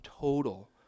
total